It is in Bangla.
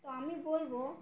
তো আমি বলব